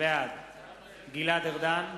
בעד גלעד ארדן,